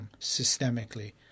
systemically